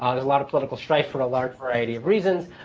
ah there's a lot of political strife for a large variety of reasons.